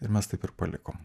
ir mes taip ir palikom